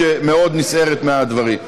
שמאוד נסערת מהדברים.